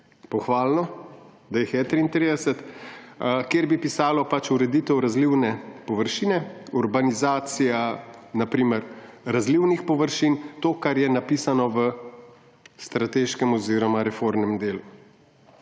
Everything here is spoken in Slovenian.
pohvalno, da jih je 33 ‒, kjer bi pisalo pač ureditev razlivne površine, na primer urbanizacija razlivnih površin; to, kar je napisano v strateškem oziroma reformnem delu.